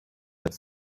its